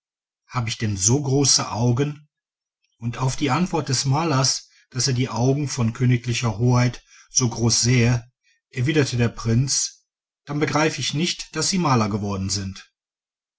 habe ich denn so große augen und auf die antwort des malers daß er die augen von königl hoheit so groß sähe erwiderte der prinz dann begreife ich nicht daß sie maler geworden sind